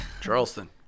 Charleston